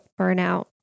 burnout